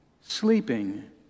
sleeping